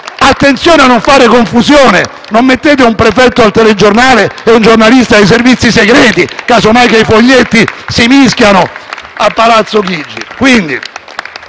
Attenzione a non fare confusione: non mettete un prefetto al telegiornale e un giornalista ai servizi segreti, nel caso in cui i foglietti a Palazzo Chigi